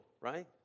right